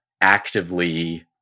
actively